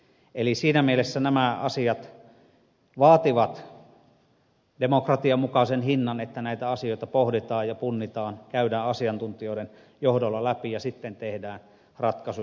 eli siinä mielessä nämä asiat vaativat demokratian mukaisen hinnan että näitä asioita pohditaan ja punnitaan käydään asiantuntijoiden johdolla läpi ja sitten tehdään ratkaisuja